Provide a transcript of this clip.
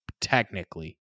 technically